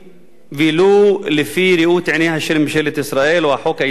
ולו לפי ראות עיניהם של ממשלת ישראל או החוק הישראלי.